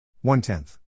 One-tenth